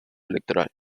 electoral